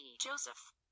Joseph